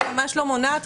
את ממש לא מונעת,